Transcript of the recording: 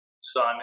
son